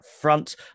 front